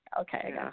Okay